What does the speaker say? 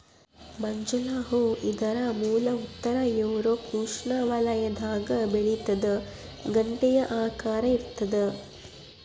ಮಂಜುಳ ಹೂ ಇದರ ಮೂಲ ಉತ್ತರ ಯೂರೋಪ್ ಉಷ್ಣವಲಯದಾಗ ಬೆಳಿತಾದ ಗಂಟೆಯ ಆಕಾರ ಇರ್ತಾದ